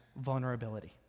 vulnerability